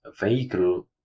vehicle